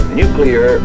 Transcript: nuclear